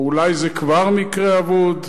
או אולי זה כבר מקרה אבוד,